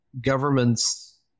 governments